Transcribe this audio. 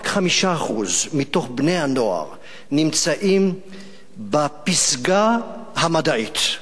רק 5% מתוך בני-הנוער נמצאים בפסגה המדעית.